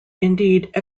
indeed